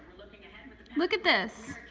look at this.